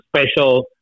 special